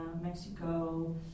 Mexico